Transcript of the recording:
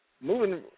moving